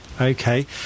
Okay